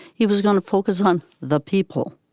he was going to focus on the people.